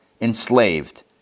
enslaved